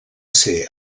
ser